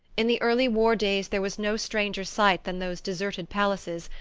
in the early war days there was no stranger sight than those deserted palaces,